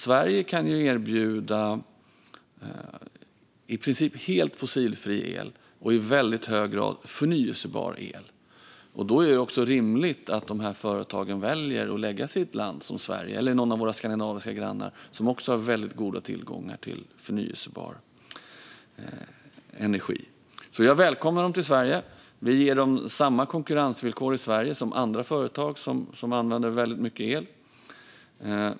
Sverige kan erbjuda i princip helt fossilfri el och i väldigt hög grad förnybar el. Då är det också rimligt att de här företagen väljer att lägga sig i ett land som Sverige - eller i något av våra skandinaviska grannländer, som också har väldigt goda tillgångar till förnybar energi. Jag välkomnar dem till Sverige. Vi ger dem samma konkurrensvillkor i Sverige som andra företag som använder väldigt mycket el.